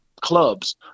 clubs